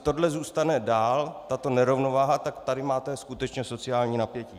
Jestli tohle zůstane dál, tato nerovnováha, tak tady máte skutečně sociální napětí.